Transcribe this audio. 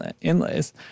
inlays